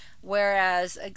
Whereas